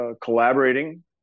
collaborating